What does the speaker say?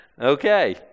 Okay